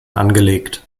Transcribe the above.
angelegt